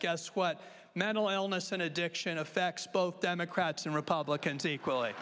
guess what mental illness and addiction affects both democrats and republicans equally